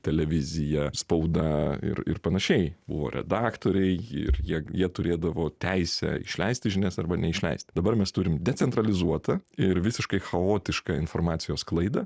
televizija spauda ir ir panašiai buvo redaktoriai ir jie jie turėdavo teisę išleisti žinias arba neišleist dabar mes turim decentralizuotą ir visiškai chaotišką informacijos sklaidą